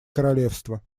королевство